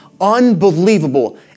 unbelievable